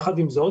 יחד עם זאת,